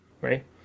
Right